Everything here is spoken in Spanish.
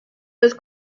los